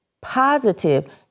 positive